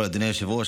אדוני היושב-ראש,